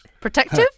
protective